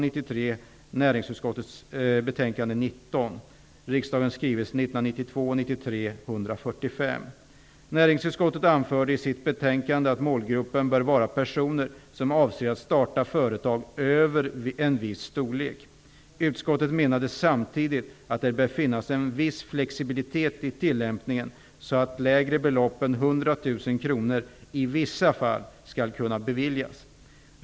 Näringsutskottet anförde i sitt betänkande att målgruppen bör vara personer som avser att starta företag över en viss storlek. Utskottet menade samtidigt att det bör finnas en viss flexibilitet i tillämpningen så att lägre belopp än 100 000 kr i vissa fall skall kunna beviljas.